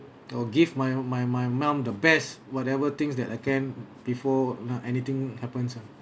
I'll give my my my mum the best whatever things that I can before you know anything happens ah